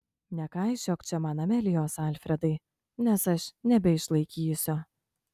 nekaišiok čia man amelijos alfredai nes aš nebeišlaikysiu